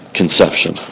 conception